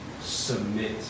Submit